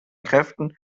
kräften